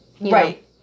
Right